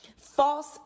False